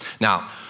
Now